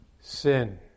sin